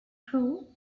crew